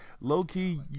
low-key